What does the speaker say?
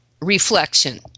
reflection